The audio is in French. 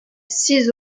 six